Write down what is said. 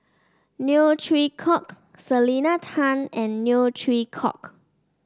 Neo Chwee Kok Selena Tan and Neo Chwee Kok